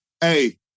Hey